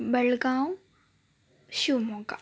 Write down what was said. Belgaum Shivamogga